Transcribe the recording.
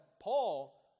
Paul